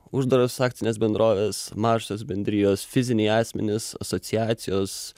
uždaros akcinės bendrovės mažosios bendrijos fiziniai asmenys asociacijos